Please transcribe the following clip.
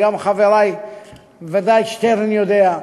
וגם חברי שטרן ודאי יודע: